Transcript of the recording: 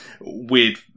weird